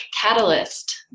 catalyst